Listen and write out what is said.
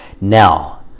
Now